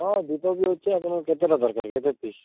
ହଁ ଦୀପ ବି ଅଛି ଆପଣ କେତେଟା ଦରକାର କେତେ ପିସ୍